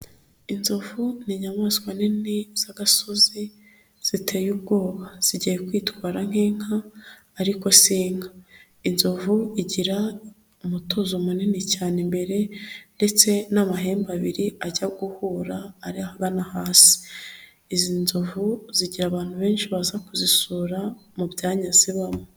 Inzovu ni inyamaswa nini z'agasozi ziteye ubwoba, zigiye kwitwara nk'inka ariko si inka, inzovu igira umutozo munini cyane imbere ndetse n'amahembe abiri ajya guhura ari ahagana hasi, izi nzovu zigira abantu benshi baza kuzisura mu byanyazibamo.